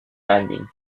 landing